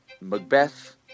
Macbeth